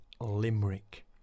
Limerick